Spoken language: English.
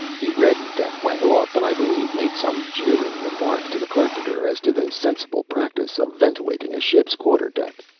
he reddened and went off, but i believe made some jeering remark to the carpenter as to the sensible practice of ventilating a ship's quarter-deck.